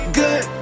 good